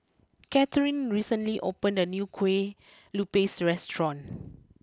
Katharyn recently opened a new Kueh Lupis restaurant